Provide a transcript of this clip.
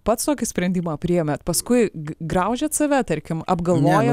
pats tokį sprendimą priėmėt paskui graužėt save tarkim apgalvojo